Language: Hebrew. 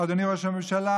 אדוני ראש הממשלה,